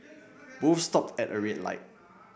both stopped at a red light